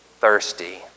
thirsty